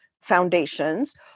foundations